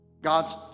God's